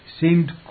seemed